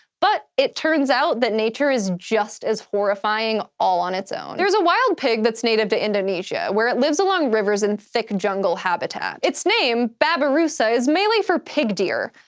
but it turns out that nature is just as horrifying all on its own. there's a wild pig that's native to indonesia, where it lives along rivers in thick jungle habitat. its name, babirusa, is malay for pig-deer,